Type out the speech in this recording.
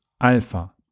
Alpha